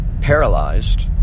paralyzed